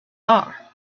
are